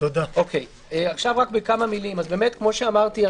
כמו שאמרתי,